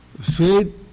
Faith